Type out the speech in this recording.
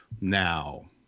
Now